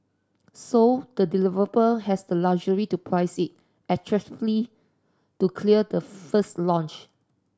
so the developer has the luxury to price it attractively to clear the first launch